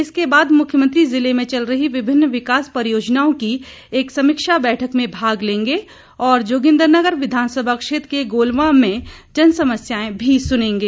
इसके बाद मुख्यमंत्री जिले में चल रही विभिन्न विकास परियोजनाओं की एक समीक्षा बैठक में भाग लेंगे और जोगिन्द्रनगर विधानसभा क्षेत्र के गोलवां में जनसमस्यायें सुनेंगे